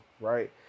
right